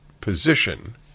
position